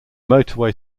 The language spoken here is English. motorway